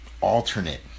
alternate